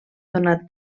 donat